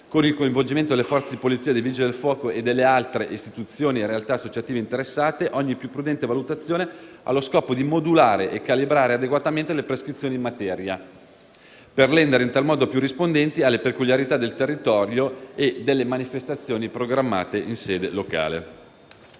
con il coinvolgimento delle Forze di polizia, dei Vigili del fuoco e delle altre istituzioni e realtà associative interessate - ogni più prudente valutazione, allo scopo di modulare e calibrare adeguatamente le prescrizioni in materia, per renderle in tal modo più rispondenti alle peculiarità del territorio e delle manifestazioni programmate in sede locale.